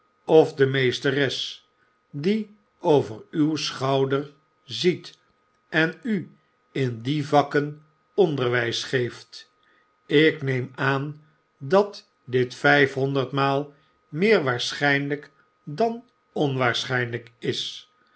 of de meesteres die over uw schouder ziet en u in die vakken onderwjfs geeft ik neem aan dat dit vjjfhonderd maal meer waarschijnlyk dan onwaarschynlyk is